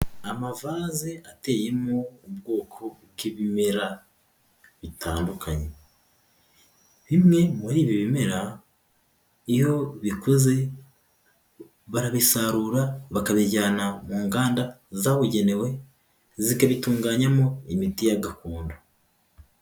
Amavase ateyemo ubwoko bw'ibimera bitandukanye bimwe muri ibi bimera iyo bikuze barabisarura bakabijyana mu nganda zabugenewe zikabitunganyamo imiti ya gakondo.